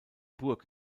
burg